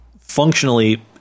Functionally